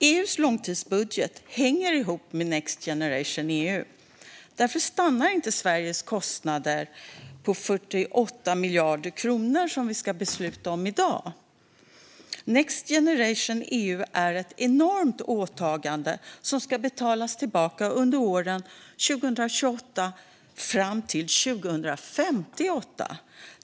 EU:s långtidsbudget hänger ihop med Next Generation EU. Därför stannar inte Sveriges kostnader på 48 miljarder kronor, som vi ska besluta om i dag. Next Generation EU är ett enormt åtagande som ska betalas tillbaka under åren 2028-2058.